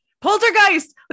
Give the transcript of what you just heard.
poltergeist